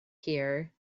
here